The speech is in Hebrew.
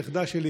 הנכדה שלי,